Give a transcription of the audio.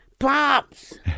Pops